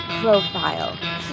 profile